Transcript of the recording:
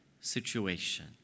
situation